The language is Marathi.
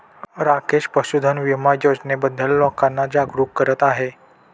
राकेश पशुधन विमा योजनेबद्दल लोकांना जागरूक करत आहे